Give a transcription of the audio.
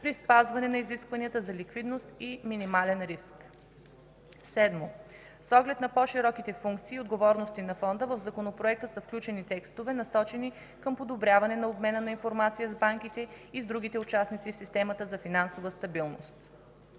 при спазване на изискванията за ликвидност и минимален риск. Седмо, с оглед на по-широките функции и отговорности на Фонда в Законопроекта са включени текстове, насочени към подобряване на обмена на информация с банките и с другите участници в системата за финансова стабилност.